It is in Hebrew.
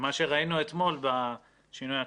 מה שראינו אתמול בשינוי אקלים.